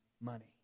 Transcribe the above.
money